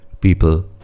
people